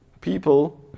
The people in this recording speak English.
People